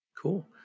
Cool